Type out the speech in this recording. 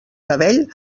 cabell